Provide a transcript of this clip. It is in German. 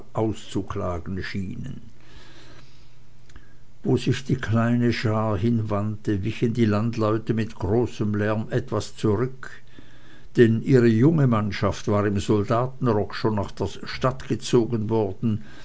auszuklagen schienen wo sich die kleine schar hinwandte wichen die landleute mit großem lärm etwas zurück denn ihre junge mannschaft war im soldatenrock schon nach der stadt gezogen worden